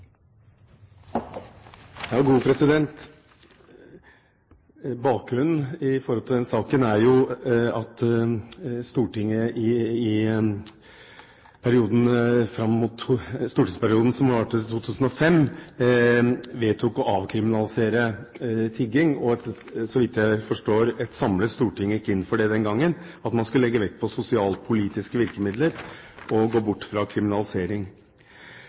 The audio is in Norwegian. at Stortinget i 2006 vedtok å avkriminalisere tigging. Så vidt jeg forstår, gikk et samlet storting den gangen inn for at man skulle legge vekt på sosialpolitiske virkemidler og gå bort fra kriminalisering.